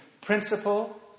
principle